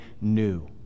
new